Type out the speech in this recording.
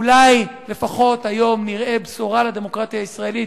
אולי לפחות היום נראה בשורה לדמוקרטיה הישראלית